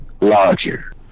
larger